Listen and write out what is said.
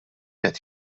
qed